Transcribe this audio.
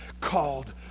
called